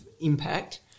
impact